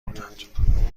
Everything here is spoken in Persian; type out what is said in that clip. کند